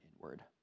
inward